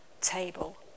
table